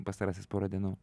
pastarąsias porą dienų